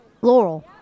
Laurel